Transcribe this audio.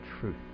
truth